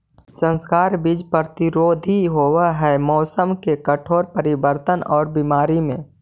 संकर बीज प्रतिरोधी होव हई मौसम के कठोर परिवर्तन और बीमारी में